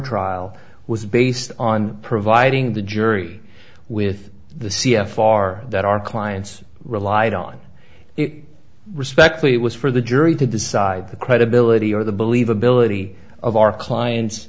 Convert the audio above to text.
trial was based on providing the jury with the c f r that our clients relied on it respectfully it was for the jury to decide the credibility or the believability of our client